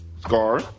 scar